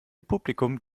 publikum